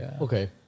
okay